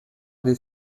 des